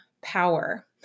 power